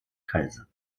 kaiser